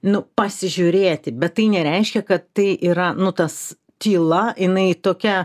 nu pasižiūrėti bet tai nereiškia kad tai yra nu tas tyla jinai tokia